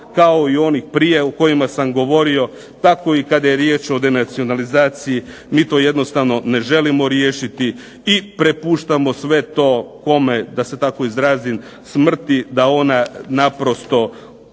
kao i onih prije o kojima sam govorio tako i kada je riječ o denacionalizaciji mi to jednostavno ne želimo riješiti i prepuštamo sve to kome da se tako izrazim smrti da ona naprosto